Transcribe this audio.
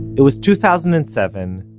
it was two thousand and seven,